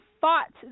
fought